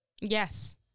yes